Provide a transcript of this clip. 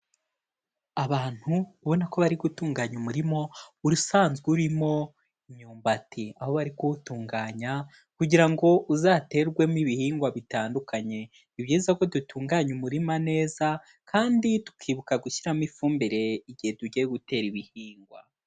Abantu ubona ko bari gutunganya umurima usanzwe urimo imyumbati, aho bari kuwutunganya kugira ngo uzaterwemo ibihingwa bitandukanye, ni byiza ko dutunganya umurima neza kandi tukibuka gushyiramo ifumbire igihe tugiye gutera ibihingwa.